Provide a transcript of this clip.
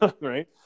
right